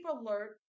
alert